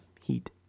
Heat